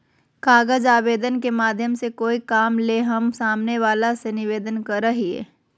कागज आवेदन के माध्यम से कोय काम ले हम सामने वला से निवेदन करय हियय